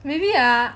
maybe ah